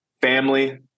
family